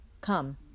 Come